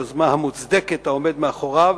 ביוזמה המוצדקת העומדת מאחוריה,